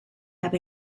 have